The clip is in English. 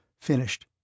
Finished